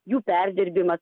jų perdirbimas